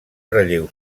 relleu